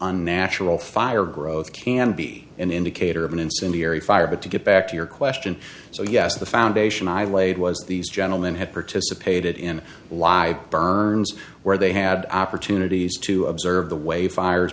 unnatural fire growth can be an indicator of an incendiary fire but to get back to your question so yes the foundation i laid was these gentlemen had participated in live burns where they had opportunities to observe the way fires